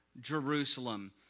Jerusalem